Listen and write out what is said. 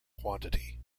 quantity